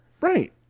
right